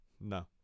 no